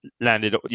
landed